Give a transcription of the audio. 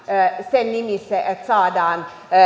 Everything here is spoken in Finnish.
sen nimissä että saadaan